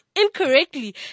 incorrectly